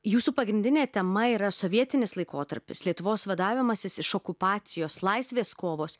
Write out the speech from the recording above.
jūsų pagrindinė tema yra sovietinis laikotarpis lietuvos vadavimasis iš okupacijos laisvės kovos